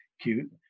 cute